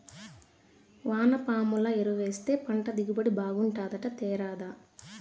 వానపాముల ఎరువేస్తే పంట దిగుబడి బాగుంటాదట తేరాదా